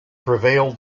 prevail